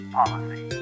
policy